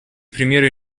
примеры